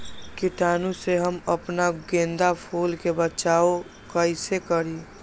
कीटाणु से हम अपना गेंदा फूल के बचाओ कई से करी?